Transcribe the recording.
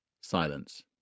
Silence